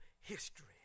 history